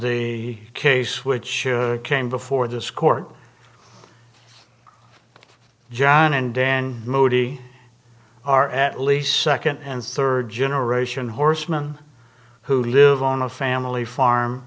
the case which came before this court john and then moody are at least second and third generation horsemen who live on a family farm